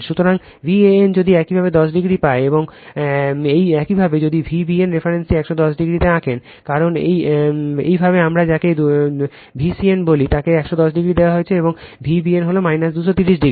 সুতরাং ভ্যান যদি একইভাবে 10o পায় এবং একইভাবে যদি Vbn রেফারেন্সটি 110o তে আঁকেন কারণ একইভাবে আমরা যাকে দুঃখিত Vcn বলি তাকে 110o দেওয়া হয়েছে এবং Vbn হল 230o